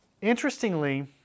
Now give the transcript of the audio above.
interestingly